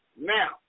Now